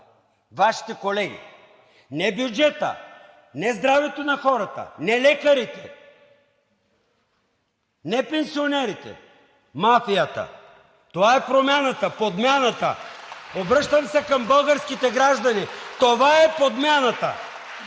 Вашите колеги! Не бюджета, не здравето на хората, не лекарите, не пенсионерите – мафията! Това е промяната, подмяната! (Ръкопляскания от ДПС.) Обръщам се към българските граждани – това е подмяната!